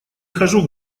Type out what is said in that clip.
хожу